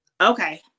Okay